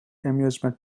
amusement